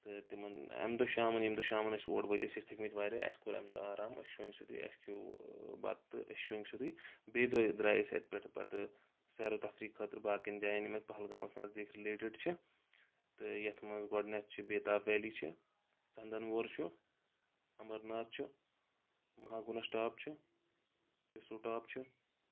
تہٕ تِمن امہِ دۄہ شامن ییٚمہِ دۄہ شامن أسۍ اور وٲتۍ أسۍ ٲسۍ تھٔکمٕتۍ واریاہ اسہِ کوٚر امہِ دۄہ آرام أسۍ شونٛگۍ سیٚودُے اسہِ کھیٚو بتہٕ تہٕ أسۍ شونٛگۍ سیٚودُے بیٚیہِ دۄہ درٛایہِ أسۍ اتہِ پٮ۪ٹھ پتہٕ سیر و تفریٖح خٲطرٕ باقٮ۪ن جاین یہٕے پہلگامس نزدیٖک رلیٹِڈ چھِ تہٕ یتھ منٛز گۄڈٕنٮ۪تھ چھِ بے تاب ویلی چھِ سنٛدن وور چھُ امرناتھ چھُ مہاگُنس ٹاپ چھُ اِسو ٹاپ چھُ